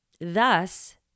Thus